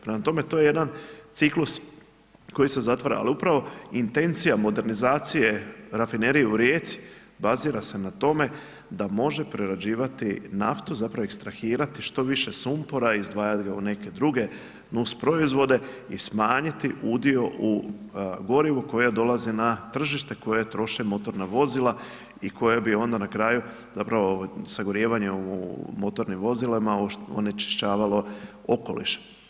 Prema tome, to je jedan ciklus koji se zatvara, ali upravo intencija modernizacije rafinerije u Rijeci bazira se na tome da može prerađivati naftu zapravo ekstrahirati što više sumpora, izdvajat ga u neke druge nus proizvode i smanjiti udio u gorivu koja dolaze na tržište, koje troše motorna vozila i koje bi onda na kraju, zapravo, sagorijevanje u motornim vozilima onečišćavalo okoliš.